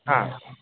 हा